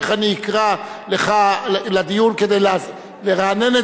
איך אני אקרא לך לדיון כדי לרענן את